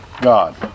God